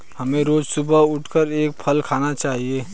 हमें रोज सुबह उठकर एक फल खाना चाहिए